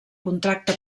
contracte